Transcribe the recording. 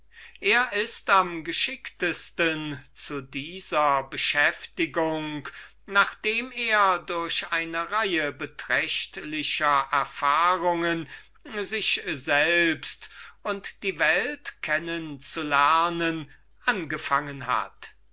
er ist am geschicktesten zu dieser beschäftigung nachdem er durch eine reihe beträchtlicher erfahrungen sich selbst und die welt kennen zu lernen angefangen hat